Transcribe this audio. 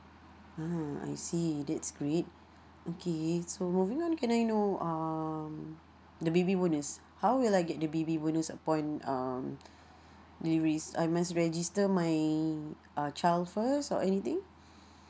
ha I see that's great okay so moving on can I know um the baby bonus how will I get the baby bonus upon um deliveries I must register my uh child first or anything